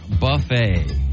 Buffet